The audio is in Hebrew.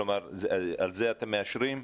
על זה אתם מאשרים?